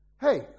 Hey